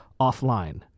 offline